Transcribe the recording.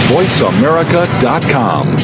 VoiceAmerica.com